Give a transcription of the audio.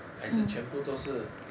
还是全部都是